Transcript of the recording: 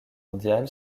mondiale